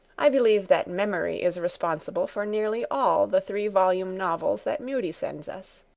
i believe that memory is responsible for nearly all the three-volume novels that mudie sends us.